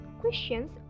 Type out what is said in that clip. questions